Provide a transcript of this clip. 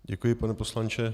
Děkuji, pane poslanče.